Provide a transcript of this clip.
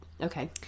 Okay